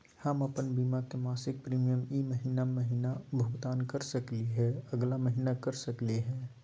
हम अप्पन बीमा के मासिक प्रीमियम ई महीना महिना भुगतान कर सकली हे, अगला महीना कर सकली हई?